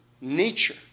nature